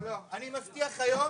אני מבטיח היום